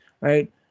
right